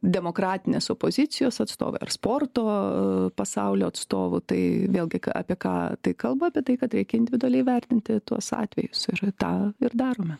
demokratinės opozicijos atstovai ar sporto pasaulio atstovų tai vėlgi k apie ką tai kalba apie tai kad reikia individualiai vertinti tuos atvejus ir tą ir darome